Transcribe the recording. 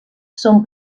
són